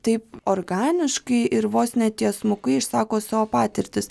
taip organiškai ir vos ne tiesmukai išsako savo patirtis